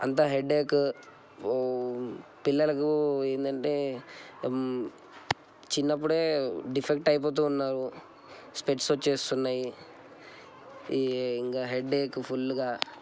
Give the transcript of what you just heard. అంతా హెడేక్ పిల్లలకు ఏంటంటే చిన్నప్పుడే డిఫెక్ట్ అయిపోతు ఉన్నారు స్పెట్స్ వస్తున్నాయి ఇంకా హెడేక్ ఫుల్గా